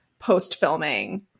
post-filming